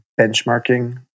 benchmarking